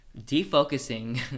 Defocusing